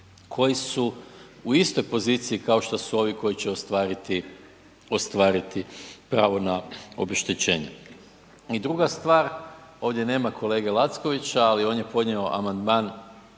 koji su u istoj poziciji kao što su ovi koji će ostvariti pravo na obeštećenje. I druga stvar, ovdje nama kolege Lackovića, ali on je podnio amandman